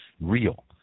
real